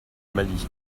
mali